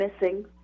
missing